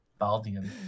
Baldian